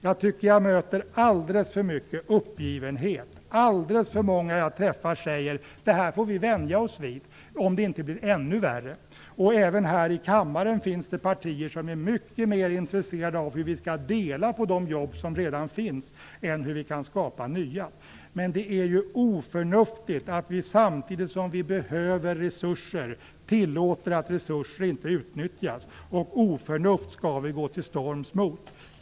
Jag tycker att jag möter alldeles för mycket uppgivenhet. Alldeles för många av dem jag träffar säger: Det här får vi vänja oss vid - om det inte blir ännu värre. Även här i kammaren finns det partier som är mycket mer intresserade av hur vi kan dela på de jobb som redan finns än hur vi kan skapa nya. Det är oförnuftigt att vi samtidigt som vi behöver resurser tillåter att resurser inte utnyttjas, och oförnuft skall vi gå till storms mot.